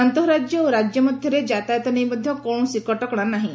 ଆନ୍ତଃରାଜ୍ୟ ଓ ରାକ୍ୟ ମଧ୍ଧରେ ଯାତାୟତ ନେଇ ମଧ୍ଧ କୌଣସି କଟକଶା ନାହିଁ